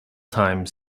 time